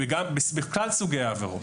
בכלל סוגי העבירות,